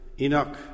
Enoch